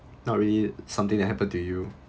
not really something that happen to you